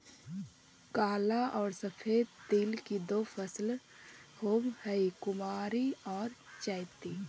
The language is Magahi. काला और सफेद तिल की दो फसलें होवअ हई कुवारी और चैती